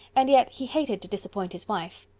and yet he hated to disappoint his wife.